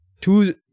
two